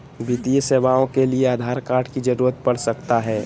वित्तीय सेवाओं के लिए आधार कार्ड की जरूरत पड़ सकता है?